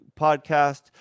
podcast